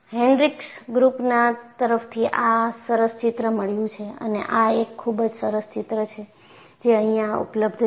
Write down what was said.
Hendrix ગ્રુપના તરફથી આ સરસ ચિત્ર મળ્યુ છે અને આ એક ખૂબ જ સરસ ચિત્ર છે જે અહિયાં ઉપલબ્ધ છે